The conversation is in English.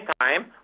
time